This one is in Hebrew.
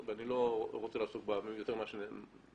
ואני לא רוצה להרחיב בה יותר ממה שנאמר כאן.